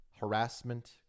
harassment